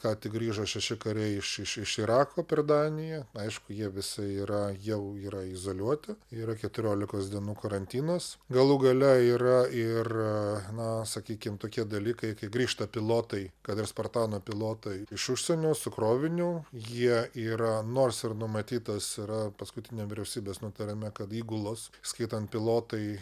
ką tik grįžo šeši kariai iš iš iš irako per daniją aišku jie visi yra jau yra izoliuoti yra keturiolikos dienų karantinas galų gale yra ir na sakykim tokie dalykai kai grįžta pilotai kad ir spartano pilotai iš užsienio su kroviniu jie yra nors ir numatytas yra paskutiniam vyriausybės nutarime kad įgulos įskaitant pilotai